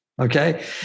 Okay